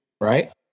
right